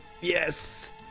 Yes